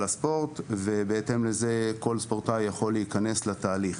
הספורט ובהתאם לזה כל ספורטאי יכול להיכנס לתהליך.